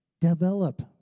Develop